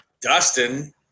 Dustin